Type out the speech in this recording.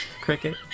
Cricket